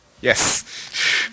Yes